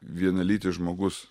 vienalytis žmogus